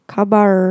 Kabar